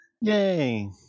yay